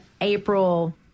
April